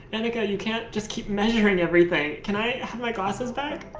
and annika, you can't just keep measuring everything. can i have my glasses back?